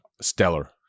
stellar